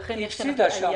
לכן יש עליה